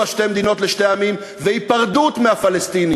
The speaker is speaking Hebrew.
שתי מדינות לשני עמים והיפרדות מהפלסטינים,